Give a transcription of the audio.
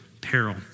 peril